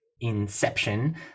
inception